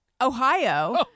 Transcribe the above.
Ohio